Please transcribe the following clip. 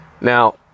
Now